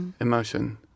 emotion